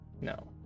no